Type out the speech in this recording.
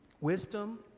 Wisdom